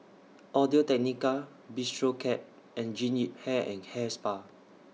Audio Technica Bistro Cat and Jean Yip Hair and Hair Spa